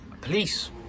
Police